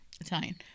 italian